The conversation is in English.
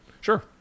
sure